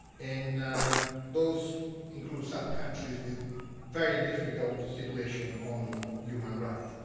and those include some countries with very difficult situation on human rights.